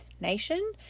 nation